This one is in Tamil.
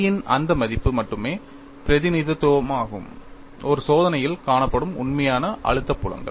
K இன் அந்த மதிப்பு மட்டுமே பிரதிநிதித்துவமாகும் ஒரு சோதனையில் காணப்படும் உண்மையான அழுத்த புலங்கள்